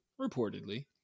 reportedly